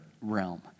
realm